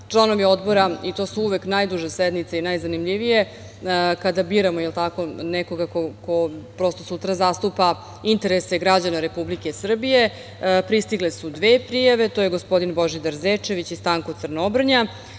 Članovi Odbora, i to su uvek najduže sednice i najzanimljivije kada biramo nekoga ko sutra zastupa interese građana Republike Srbije. Pristigle su dve prijave, to je gospodine Božidar Zečević i Stanko Crnobrnja.